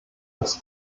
das